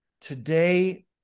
today